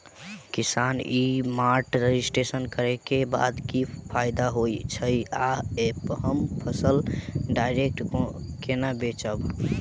किसान e mart registration करै केँ बाद की फायदा होइ छै आ ऐप हम फसल डायरेक्ट केना बेचब?